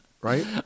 Right